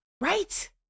Right